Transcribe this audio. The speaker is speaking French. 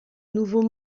nouveaux